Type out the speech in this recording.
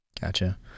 Gotcha